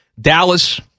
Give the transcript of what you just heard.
Dallas